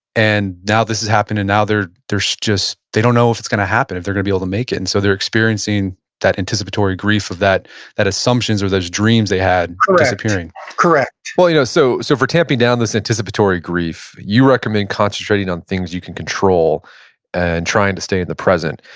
and now this has happened and now there's just, they don't know if it's gonna happen, if they're gonna be able make it. and so they're experiencing that anticipatory grief of that that assumptions or those dreams they had, correct disappearing correct well, you know so so for tamping down this anticipatory grief, you recommend concentrating on things you can control and trying to stay in the present.